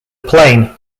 plane